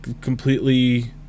completely